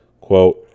quote